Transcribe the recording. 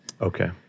Okay